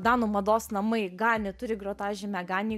danų mados namai ganni turi grotažymę ganni